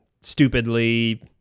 stupidly